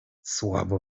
słabo